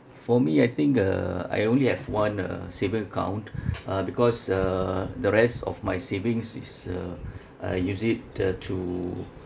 for me I think uh I only have one uh saving account uh because uh the rest of my savings is uh I use it uh to